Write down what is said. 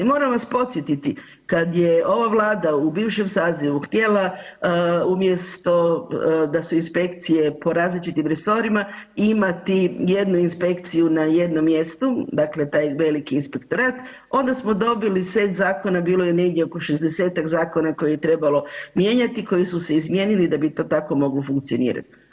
Moram vas podsjetiti kad je ova vlada u bivšem sazivu htjela umjesto da su inspekcije po različitim resorima imati jednu inspekciju na jednom mjestu, dakle taj veliki inspektorat, onda smo dobili set zakona, bilo je negdje oko 60-tak zakona koje je trebalo mijenjati, koji su se izmijenili da bi to tako moglo funkcionirati.